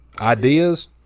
Ideas